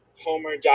Homer